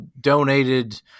donated